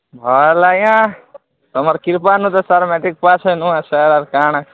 ଭଲ୍ ଆଜ୍ଞାଁ ତମର୍ କ୍ରିପାରୁ ସାର୍ ମେଟ୍ରିକ୍ ପାସ୍ ହେଲୁ ଆର୍ ସାର୍ କାଣା